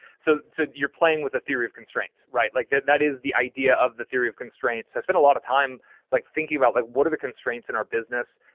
so so you're playing with the theory of constraints, right? like that is the idea of the theory of constraints. so i spend a lot of time like thinking about like what are the constraints in our business?